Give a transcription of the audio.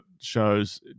shows